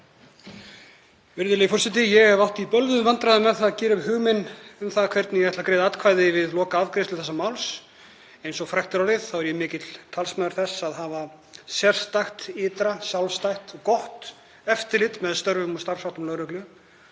Virðulegur forseti. Ég hef átt í bölvuðum vandræðum með að gera upp hug minn um það hvernig ég ætla að greiða atkvæði við lokaafgreiðslu þessa máls. Eins og frægt er orðið er ég mikill talsmaður þess að hafa sérstakt, ytra, sjálfstætt og gott eftirlit með störfum og starfsháttum lögreglu.